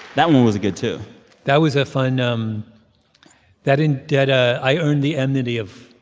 that one was good, too that was a fun um that and but i earned the enmity of